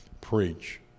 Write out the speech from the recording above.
preach